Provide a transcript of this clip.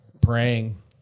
praying